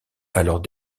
alors